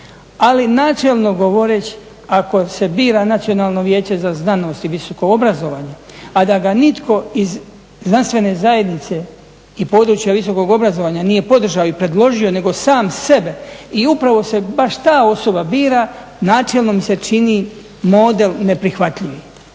Ali načelno govoreći ako se bira Nacionalno vijeće za znanost i visoko obrazovanje, a da ga nitko iz znanstvene zajednice i područja visokog obrazovanja nije podržao i predložio, nego sam sebe i upravo se baš ta osoba bira načelno mi se čini model neprihvatljiv.